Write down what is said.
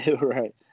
Right